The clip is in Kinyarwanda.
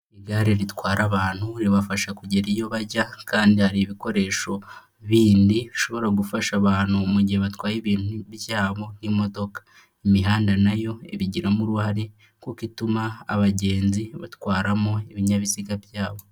Igare ritwara abantu ribafasha kugera iyo bajya, kandi hari ibikoresho bindi bishobora gufasha abantu mu gihe batwaye ibintu byabo nk'imodoka. Imihanda nayo ibigiramo uruhare, kuko ituma abagenzi batwaramo ibinyabiziga byabo.